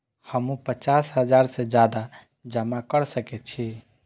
हमू पचास हजार से ज्यादा जमा कर सके छी?